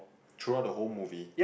throughout the whole movie